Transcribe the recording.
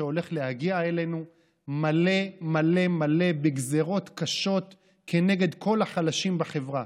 הולך להגיע אלינו מלא מלא מלא בגזרות קשות כנגד כל החלשים בחברה.